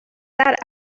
that